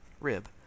Rib